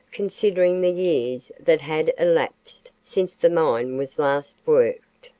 considering the years that had elapsed since the mine was last worked.